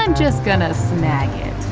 um just gonna snag it,